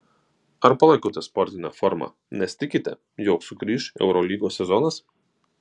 ar palaikote sportinę formą nes tikite jog sugrįš eurolygos sezonas